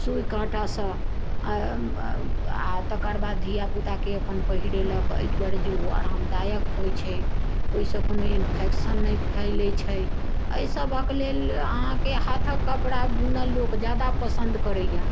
सुइ काँटासँ आ आ तकर बाद धिआ पुताके अपन पहिरेलक एहि दुआरे जे ओ आरामदायक होइत छै ओहिसँ कोनो इन्फेक्शन नहि फैलैत छै एहि सभक लेल अहाँकेँ हाथक कपड़ा बुनल लोक जादा पसन्द करैया